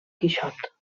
quixot